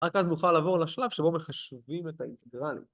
‫רק אז נוכל לעבור לשלב ‫שבו מחשבים את האינטגרלים.